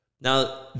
Now